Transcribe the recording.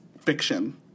fiction